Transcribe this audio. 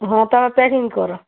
ହଁ ତୁମେ ପ୍ୟାକିଂ କର